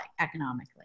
economically